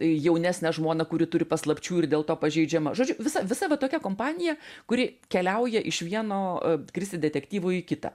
jaunesnę žmoną kuri turi paslapčių ir dėl to pažeidžiama žodžiu visa visa va toki kompanija kuri keliauja iš vieno kristi detektyvo į kitą